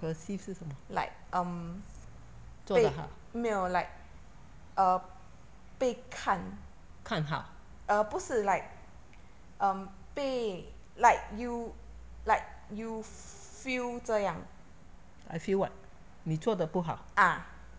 perceive 是什么做的好啊看好 I feel what 你做的不好 okay ah